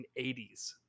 1980s